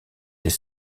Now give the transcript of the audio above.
des